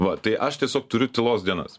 va tai aš tiesiog turiu tylos dienas